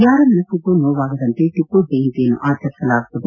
ಯಾರ ಮನಬ್ಬಗೂ ನೋವಾಗದಂತೆ ಟಿಪ್ಪು ಜಯಂತಿಯನ್ನು ಆಚರಿಸಲಾಗುವುದು